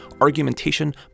argumentation